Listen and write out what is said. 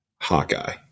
Hawkeye